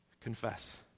confess